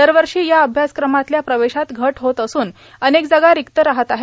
दरवर्षी या अभ्यासक्रमातल्या प्रवेशात घट होत असून अनेक जागा रिक्त राहत आहेत